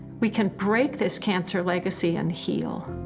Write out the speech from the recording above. we can break this cancer legacy and heal.